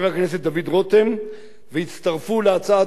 הצטרפו להצעת החוק: חבר הכנסת אורי אריאל,